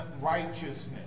righteousness